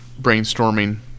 brainstorming